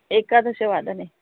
एकादशवादने